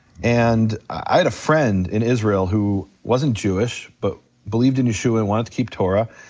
and i had a friend in israel who wasn't jewish but believed and yeshua and wanted to keep torah,